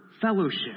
fellowship